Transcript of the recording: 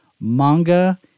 Manga